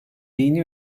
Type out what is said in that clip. dini